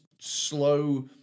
slow